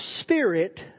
spirit